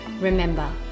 remember